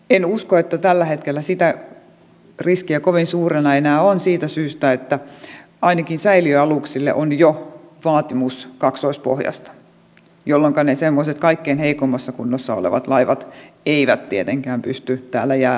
en usko että tällä hetkellä sitä riskiä kovin suurena enää on siitä syystä että ainakin säiliöaluksille on jo vaatimus kaksoispohjasta jolloinka ne semmoiset kaikkein heikoimmassa kunnossa olevat laivat eivät tietenkään pysty täällä jääolosuhteissa enää liikennöimään